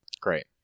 Great